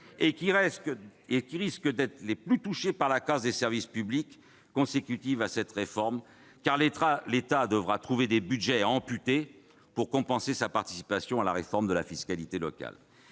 risquent d'être les plus touchés par la casse des services publics consécutive à cette réforme. En effet, l'État devra trouver des budgets à amputer pour compenser sa participation à la réforme de la fiscalité locale.